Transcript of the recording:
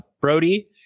Brody